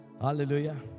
Hallelujah